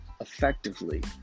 effectively